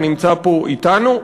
שנמצא פה אתנו,